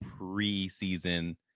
preseason